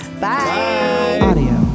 bye